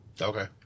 Okay